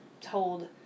told